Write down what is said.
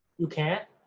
you can't.